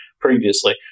previously